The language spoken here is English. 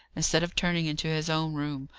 instead of turning into his own room,